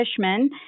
Kishman